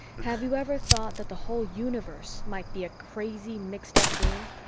have you ever thought that the whole universe might be a crazy, mixed-up dream?